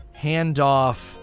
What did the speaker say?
Handoff